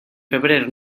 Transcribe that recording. febrer